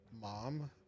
mom